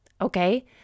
okay